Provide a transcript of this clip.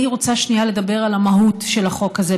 אני רוצה שנייה לדבר על המהות של החוק הזה,